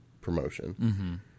promotion